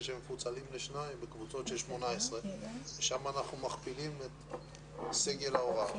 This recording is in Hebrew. שמפוצלים לשניים בקבוצות של 18. שם אנחנו מכפילים את סגל ההוראה.